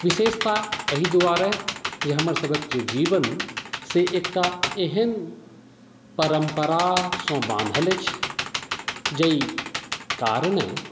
विशेषता अहि दुआरे जे हमर सभक जीवन से एकटा एहन परम्परासँ बान्हल अछि जाहि कारणे